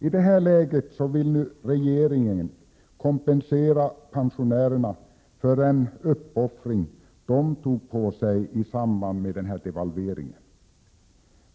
I det här läget vill nu regeringen kompensera pensionärerna för den uppoffring de tog på sig i samband med devalveringen 1982.